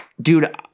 dude